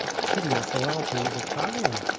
signor ferralti is italian,